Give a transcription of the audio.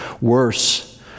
Worse